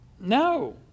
No